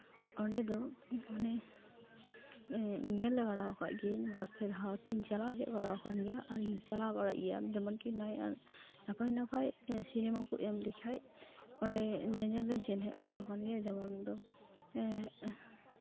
ᱚᱸᱰᱮ ᱫᱚ ᱢᱟᱱᱮ ᱧᱮᱞ ᱵᱟᱲᱟ ᱟᱠᱟᱫ ᱜᱤᱭᱟᱹᱧ ᱵᱟᱨ ᱯᱮ ᱫᱷᱟᱣ ᱛᱤᱧ ᱪᱟᱞᱟᱣ ᱦᱮᱡ ᱵᱟᱲᱟ ᱠᱟᱱ ᱜᱮᱭᱟ ᱟᱨᱤᱧ ᱪᱟᱞᱟᱣ ᱵᱟᱲᱟᱜ ᱜᱮᱭᱟ ᱡᱮᱢᱚᱱᱠᱤ ᱱᱟᱯᱟᱭ ᱱᱟᱯᱟᱭ ᱥᱤᱱᱮᱢᱟ ᱠᱚ ᱮᱢ ᱞᱮᱠᱷᱟᱡ ᱚᱸᱰᱮ ᱧᱮᱧᱮᱞ ᱫᱩᱧ ᱥᱮᱱᱼᱦᱮᱡ ᱵᱟᱲᱟ ᱟᱠᱟᱱ ᱜᱮᱭᱟ ᱡᱮᱢᱚᱱ ᱫᱚ